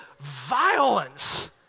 violence